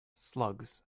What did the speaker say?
slugs